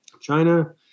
China